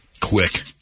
quick